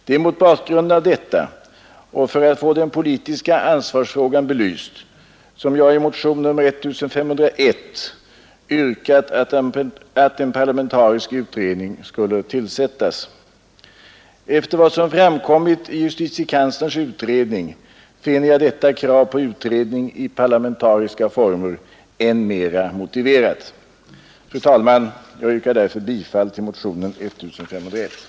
Det är mot bakgrunden av detta och för att få den politiska ansvarsfrågan belyst som jag i motionen 1501 har yrkat att en parlamentarisk utredning skulle tillsättas. Efter vad som har framkommit i justitiekanslerns utredning finner jag detta krav på utredning i parlamentariska former än mera motiverat. Fru talman! Jag yrkar därför bifall till motionen 1501.